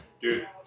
Dude